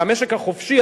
והמשק החופשי,